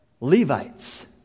Levites